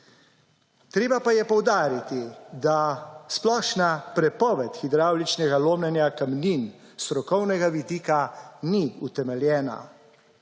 Treba pa je poudariti, da splošna prepoved hidravličnega lomljenja kamnin s strokovnega vidika ni utemeljena.